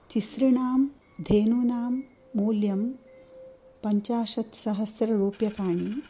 तिसॄणां धेनूनां मूल्यं पञ्चाशत्सहस्ररुप्यकाणि